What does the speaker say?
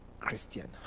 christian